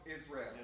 Israel